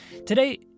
Today